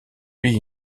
lui